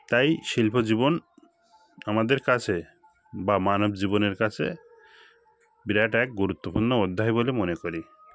তাই শিল্প জীবন আমাদের কাছে বা মানব জীবনের কাছে বিরাট এক গুরুত্বপূর্ণ অধ্যায় বলে মনে করি